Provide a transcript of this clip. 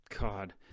God